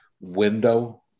window